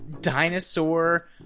dinosaur